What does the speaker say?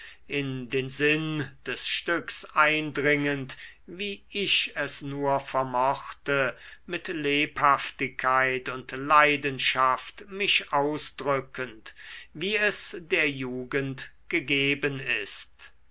in den sinn des stücks eindringend wie ich es nur vermochte mit lebhaftigkeit und leidenschaft mich ausdrückend wie es der jugend gegeben ist